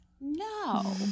No